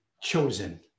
chosen